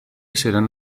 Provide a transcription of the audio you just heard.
serán